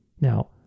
Now